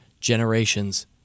generations